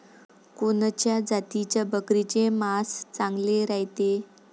कोनच्या जातीच्या बकरीचे मांस चांगले रायते?